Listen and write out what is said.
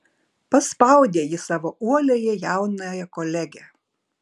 paspaudė ji savo uoliąją jaunąją kolegę